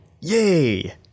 Yay